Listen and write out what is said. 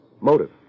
Motive